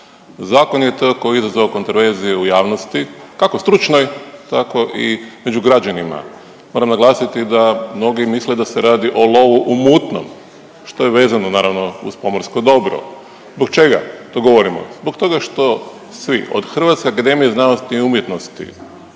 Zakon je to koji je izazvao kontroverzi u javnosti, kako stručnoj, tako i među građanima. Moram naglasiti da mnogi misle da se radi o lovu u mutnom, što je vezano, naravno, uz pomorsko dobro. Zbog čega to govorimo? Zbog toga što svi, od Hrvatske akademije znanosti i umjetnosti,